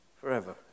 forever